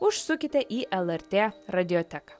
užsukite į lrt radioteką